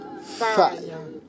Fire